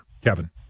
Kevin